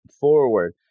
forward